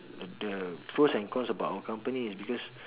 the pros and cons about our company is because